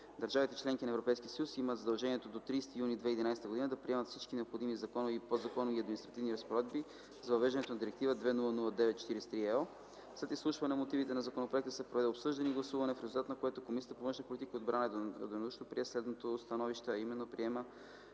Държавите – членки на Европейския съюз, имат задължението до 30 юни 2011 г. да приемат всички необходими законови, подзаконови и административни разпоредби за въвеждането на Директива 2009/43/ЕО. След изслушването на мотивите към законопроекта се проведе обсъждане и гласуване, в резултат на което Комисията по външна политика и отбрана единодушно прие следното становище: Приема